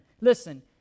listen